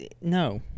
No